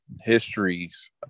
histories